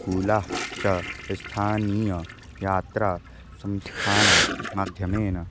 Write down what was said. कूला च स्थानीय यात्रा संस्थान माध्यमेन